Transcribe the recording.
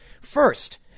First